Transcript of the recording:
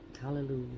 Hallelujah